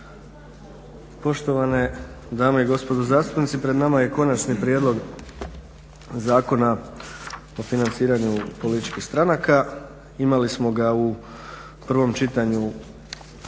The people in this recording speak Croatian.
Poštovane dame i gospodo zastupnici. Pred nama je Konačni prijedlog zakona o financiranju političkih stranaka, imali smo ga u prvom čitanju